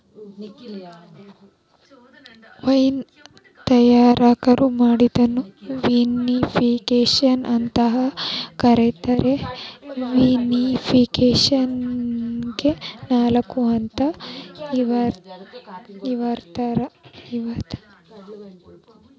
wine ತಯಾರ್ ಮಾಡೋದನ್ನ vinification ಅಂತ ಕರೇತಾರ, ವಿನಿಫಿಕೇಷನ್ನ್ಯಾಗ ನಾಲ್ಕ ಹಂತ ಇರ್ತಾವ